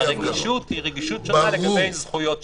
הרגישות היא רגישות שונה לגבי זכויות שונות.